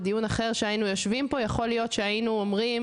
אם היינו יושבים פה בדיון אחר יכול להיות שהיינו אומרים